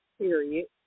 period